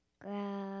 grow